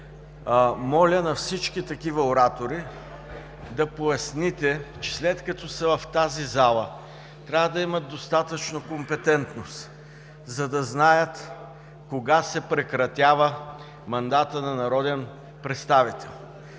Моля на всички такива оратори да поясните, че след като са в тази зала трябва да имат достатъчно компетентност, за да знаят кога се прекратява мандатът на народен представител.